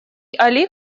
али